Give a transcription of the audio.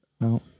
No